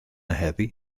heddiw